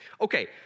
Okay